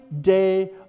day